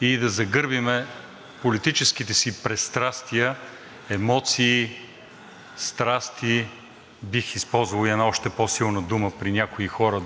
и да загърбим политическите си пристрастия, емоции, страсти – и бих използвал една още по-силна дума при някои хора,